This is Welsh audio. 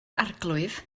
arglwydd